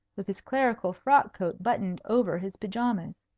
with his clerical frock-coat buttoned over his pyjamas.